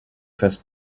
fasse